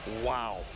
Wow